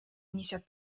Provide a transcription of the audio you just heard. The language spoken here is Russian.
внесет